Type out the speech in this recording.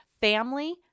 family